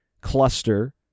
cluster